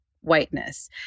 whiteness